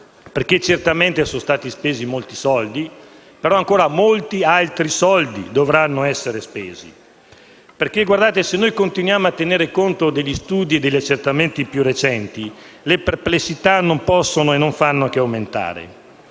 perché certamente sono stati spesi molti soldi, ma ancora molti altri dovranno essere spesi. Se continuiamo a tenere conto degli studi e degli accertamenti più recenti, le perplessità non possono che aumentare.